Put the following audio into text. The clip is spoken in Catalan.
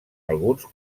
alguns